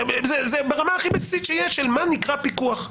זה ברמה הכי בסיסית שיש מה זה נקרא פיקוח.